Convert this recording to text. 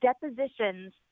depositions